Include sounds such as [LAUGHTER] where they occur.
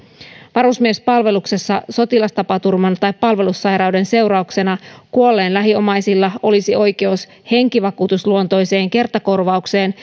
varusmiespalveluksessa sotilastapaturman tai palvelussairauden seurauksena kuolleen lähiomaisilla olisi oikeus henkivakuutusluontoiseen kertakorvaukseen [UNINTELLIGIBLE]